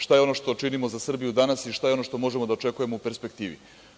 Šta je ono što činimo za Srbiju danas i šta je ono što možemo da očekujemo u perspektivi?